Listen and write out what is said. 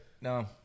no